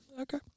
Okay